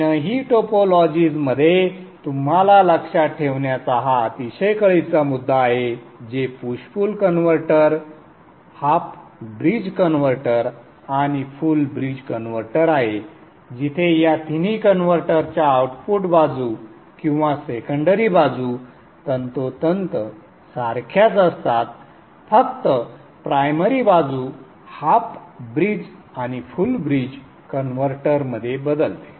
तीनही टोपोलॉजीजमध्ये तुम्हाला लक्षात ठेवण्याचा हा अतिशय कळीचा मुद्दा आहे जे push pull converter half bridge converter आणि फुल ब्रिज कन्व्हर्टर आहे जिथे ह्या तिन्ही कन्व्हर्टरच्या आउटपुट बाजू किंवा सेकंडरी बाजू तंतोतंत सारख्याच असतात फक्त प्रायमरी बाजू हाफ ब्रिज आणि फुल ब्रिज कन्व्हर्टरमध्ये बदलते